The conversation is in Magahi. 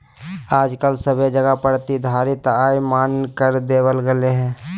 आजकल सभे जगह प्रतिधारित आय मान्य कर देवल गेलय हें